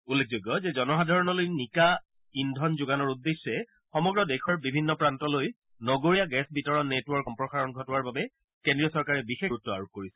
উল্লেখযোগ্য যে জনসাধাৰণলৈ নিকা ইন্ধন যোগানৰ উদ্দেশ্যে সমগ্ৰ দেশৰ বিভিন্ন প্ৰান্তলৈ নগৰীয়া গেছ বিতৰণ নেটৱৰ্কৰ সম্প্ৰসাৰণ ঘটোৱাৰ বাবে কেন্দ্ৰীয় চৰকাৰে বিশেষ গুৰুত আৰোপ কৰিছে